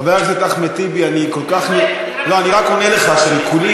רק במדיניות חוץ.